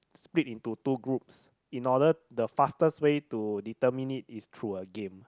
split into two groups in order the fastest way to determine it is through a game